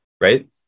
Right